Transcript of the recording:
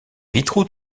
vitraux